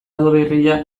udaberria